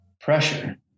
pressure